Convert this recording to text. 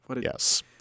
Yes